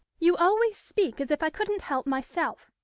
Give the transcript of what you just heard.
you always speak as if i couldn't help myself.